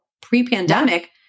pre-pandemic